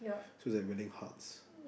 so is like willing hearts